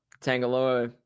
Tangaloa